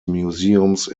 museums